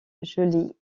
jolie